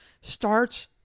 starts